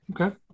Okay